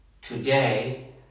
Today